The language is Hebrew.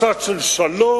משט של שלום,